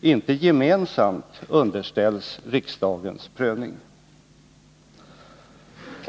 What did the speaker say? icke gemensamt underställs riksdagens prövning.